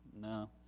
No